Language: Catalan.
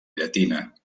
llatina